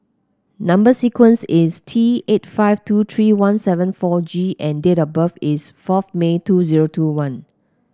number sequence is T eight five two three one seven four G and date of birth is fourth May two zero two one